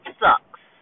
sucks